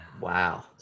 Wow